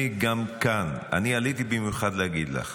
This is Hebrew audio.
גם כאן אני עליתי במיוחד להגיד לך